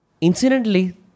Incidentally